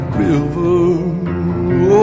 river